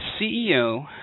CEO